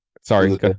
Sorry